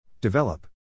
Develop